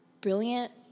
brilliant